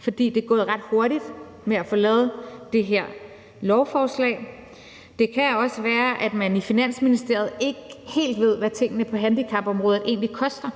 fordi det er gået ret hurtigt med at få lavet det her lovforslag. Det kan også være, at man i Finansministeriet ikke helt ved, hvad tingene på handicapområdet egentlig koster.